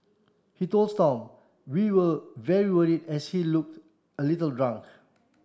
he told Stomp we were as he looked a little drunk